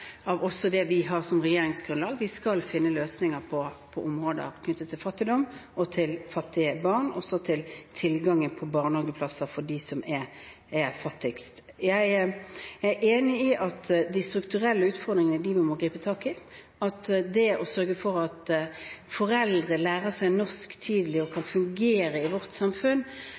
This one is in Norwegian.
vi har som regjeringsgrunnlag. Vi skal finne løsninger på områder knyttet til fattigdom, fattige barn og tilgangen på barnehageplasser for dem som er fattigst. Jeg er enig i at man må gripe tak i de strukturelle utfordringene, og at man må sørge for at foreldre lærer seg norsk tidlig og kan fungere i vårt samfunn.